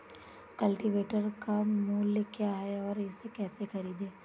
Cultivator का मूल्य क्या है और इसे कैसे खरीदें?